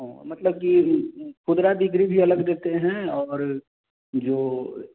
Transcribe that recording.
हाँ मतलब कि खुदरा विक्री भी अलग देते हैं और जो